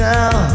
Now